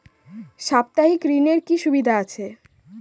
সাপ্তাহিক ঋণের কি সুবিধা আছে?